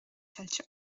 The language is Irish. tuillte